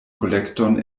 kolekton